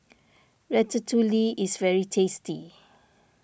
Ratatouille is very tasty